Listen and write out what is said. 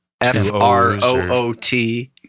F-R-O-O-T